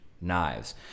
knives